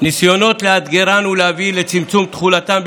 ניסיונות לאתגרן ולהביא לצמצום תחולתן,